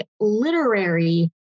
literary